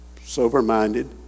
sober-minded